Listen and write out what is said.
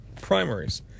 primaries